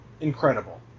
incredible